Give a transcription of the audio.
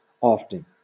often